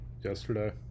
yesterday